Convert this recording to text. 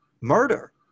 murder